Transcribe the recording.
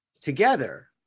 together